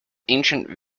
ancient